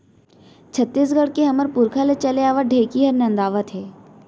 छत्तीसगढ़ के हमर पुरखा ले चले आवत ढेंकी हर नंदावत हे